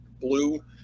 blue